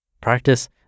Practice